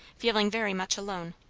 feeling very much alone,